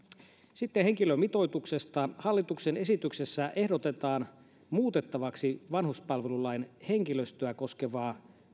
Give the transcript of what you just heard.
sitten henkilömitoituksesta hallituksen esityksessä ehdotetaan muutettavaksi vanhuspalvelulain henkilöstöä koskevaa